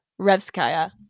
Revskaya